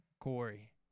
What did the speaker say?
Corey